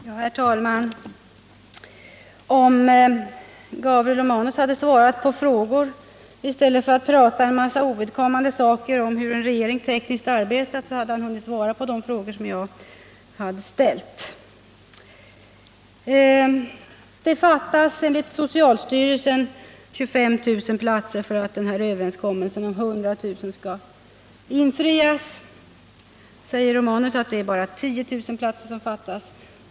Herr talman! Om Gabriel Romanus hade svarat på frågor i stället för att säga en mängd ovidkommande saker om hur en regering tekniskt arbetar, hade han hunnit svara på de frågor som jag ställt. Det fattas enligt socialstyrelsen 25 000 platser för att överenskommelsen om byggandet av 100000 platser skall kunna infrias. Nu säger Gabriel Romanus att det är ”bara” 10 000 platser som fattas.